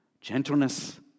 gentleness